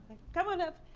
come on up,